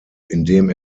indem